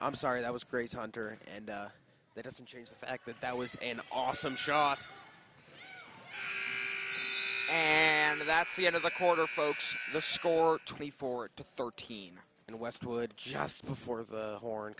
i'm sorry that was crazy hunter and that doesn't change the fact that that was an awesome shot and that's the end of the quarter folks for twenty four to thirteen and westwood just before the horn